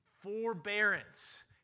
forbearance